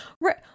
right